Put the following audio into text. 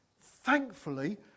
thankfully